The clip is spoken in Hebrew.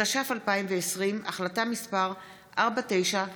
התש"ף 2020, החלטה מס' 4937,